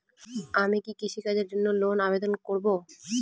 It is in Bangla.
আমি কি কৃষিকাজের জন্য লোনের আবেদন করব?